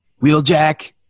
Wheeljack